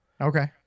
Okay